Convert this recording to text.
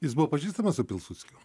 jis buvo pažįstamas su pilsudskiu